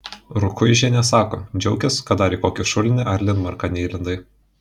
rukuižienė sako džiaukis kad dar į kokį šulinį ar linmarką neįlindai